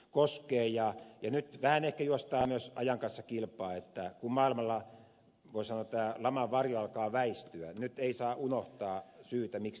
nyt vähän ehkä juostaan myös ajan kanssa kilpaa että kun maailmalla voi sanoa laman varjo alkaa väistyä nyt ei saa unohtaa syytä miksi tähän mentiin